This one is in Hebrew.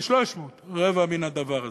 300. 300, רבע מן הדבר הזה.